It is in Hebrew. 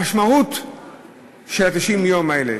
המשמעות של 90 הימים האלה,